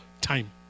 time